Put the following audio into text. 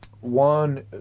One